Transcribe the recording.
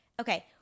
Okay